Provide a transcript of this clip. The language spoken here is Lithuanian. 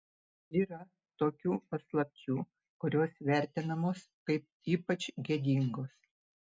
yra tokių paslapčių kurios vertinamos kaip ypač gėdingos